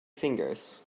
fingers